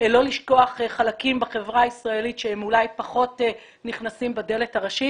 לא לשכוח חלקים בחברה הישראלית שאולי הם פחות נכנסים בדלת הראשית.